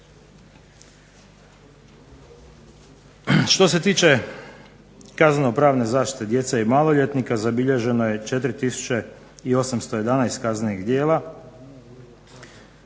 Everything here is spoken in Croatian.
Što se tiče kazneno-pravne zaštite djece i maloljetnika zabilježeno je 4 tisuće i 811 kaznenih djela,